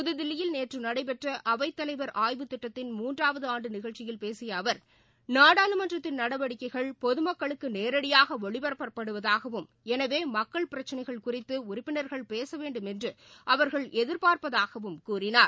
புதுதில்லியில் நேற்று நடைபெற்ற அவைத் தலைவர் ஆய்வுத் திட்டத்திள் மூன்றாவது ஆண்டு நிகழ்ச்சியில் பேசிய அவர் நாடாளுமன்றத்தின் நடவடிக்கைகள் பொது மக்களுக்கு நேரடியாக ஒளிபரப்பப்படுவதாகவும் எனவே மக்கள் பிரச்னைகள் குறித்து உறுப்பினர்கள் பேச வேண்டுமென்று அவர்கள் எதிர்பார்ப்பதாகவும் கூறினார்